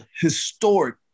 historic